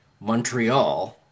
Montreal